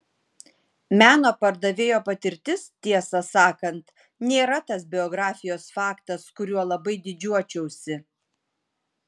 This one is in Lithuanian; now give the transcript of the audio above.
meno pardavėjo patirtis tiesą sakant nėra tas biografijos faktas kuriuo labai didžiuočiausi